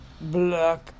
black